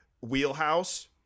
wheelhouse